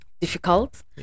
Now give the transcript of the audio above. difficult